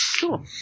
Cool